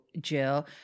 Jill